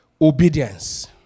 Obedience